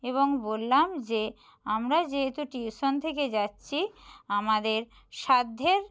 এবং বললাম যে আমরা যেহেতু টিউশন থেকে যাচ্ছি আমাদের সাধ্যের